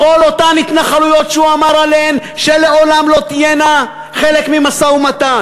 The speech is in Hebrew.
בכל אותן התנחלויות שהוא אמר עליהן שלעולם לא תהיינה חלק ממשא-ומתן.